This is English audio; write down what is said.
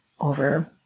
over